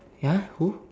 ya who